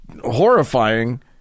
horrifying